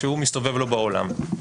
כשהוא מסתובב לו בעולם.